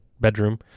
bedroom